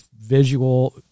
visual